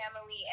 family